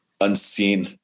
unseen